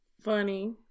Funny